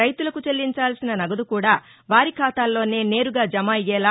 రెతులకు చెల్లించాల్సిన నగదు కూడా వారి ఖాతాల్లోనే నేరుగా జమ అయ్యేలా